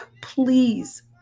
Please